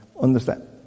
understand